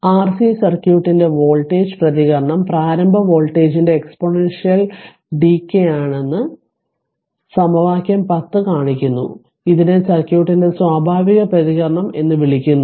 RC circuit ന്റെ voltage പ്രതികരണം പ്രാരംഭ വോൾട്ടേജിന്റെ എക്സ്പോണൻഷ്യൽ ഡിക്കയാണെന് സമവാക്യം 10 കാണിക്കുന്നു ഇതിനെ സർക്യൂട്ടിന്റെ സ്വാഭാവിക പ്രതികരണം എന്ന് വിളിക്കുന്നു